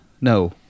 no